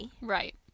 Right